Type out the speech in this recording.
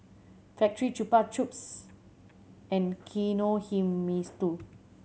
Factorie Chupa Chups and Kinohimitsu